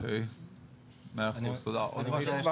אוקי תודה, עוד משהו?